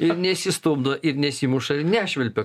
ir nesistumdo ir nesimuša ir nešvilpia